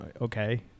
Okay